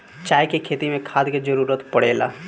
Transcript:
चाय के खेती मे खाद के जरूरत पड़ेला